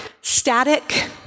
static